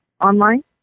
online